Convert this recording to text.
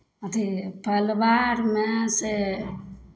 अथि परिवारमे से